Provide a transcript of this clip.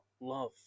love